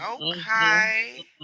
okay